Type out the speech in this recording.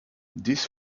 this